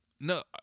No